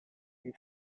key